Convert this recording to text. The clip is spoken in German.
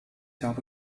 habe